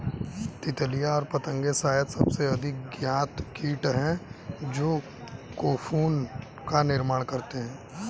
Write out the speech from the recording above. तितलियाँ और पतंगे शायद सबसे अधिक ज्ञात कीट हैं जो कोकून का निर्माण करते हैं